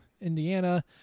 indiana